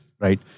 right